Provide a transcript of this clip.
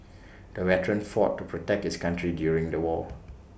the veteran fought to protect his country during the war